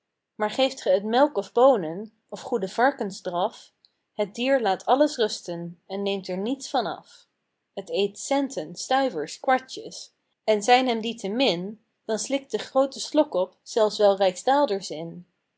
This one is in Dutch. maar geeft ge t melk of boonen of goeden varkensdraf het dier laat alles rusten en neemt er niets van af t eet centen stuivers kwartjes en zijn hem die te min dan slikt de groote slok op zelfs wel rijksdaalders in